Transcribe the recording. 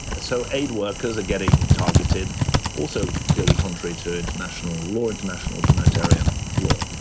so aid workers are getting targeted also clearly contrary to international law, international humanitarian law.